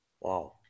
Wow